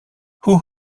hoe